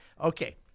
Okay